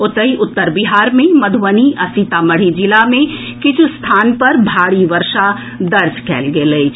ओतहि उत्तर बिहार मे मधुबनी आ सीतामढ़ी जिला मे किछु स्थान पर भारी वर्षा दर्ज कयल गेल अछि